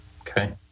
Okay